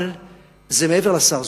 אבל זה מעבר לשר.